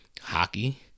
hockey